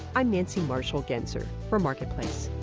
i'm nancy marshall genzer for marketplace